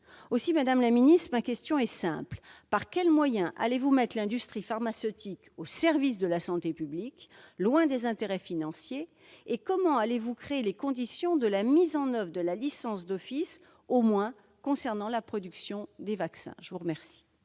Madame la ministre, ma question est simple : par quels moyens allez-vous mettre l'industrie pharmaceutique au service de la santé publique, loin des intérêts financiers, et comment allez-vous créer les conditions de la mise en oeuvre de la licence d'office, au moins concernant la production des vaccins ? La parole